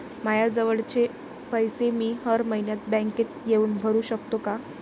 मायाजवळचे पैसे मी हर मइन्यात बँकेत येऊन भरू सकतो का?